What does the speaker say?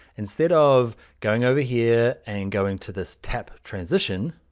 instead of going over here, and go into this tap transition.